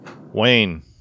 Wayne